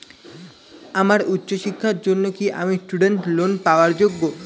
আমার উচ্চ শিক্ষার জন্য কি আমি স্টুডেন্ট লোন পাওয়ার যোগ্য?